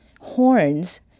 horns